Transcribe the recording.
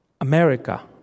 America